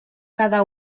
cada